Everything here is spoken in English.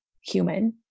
human